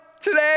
today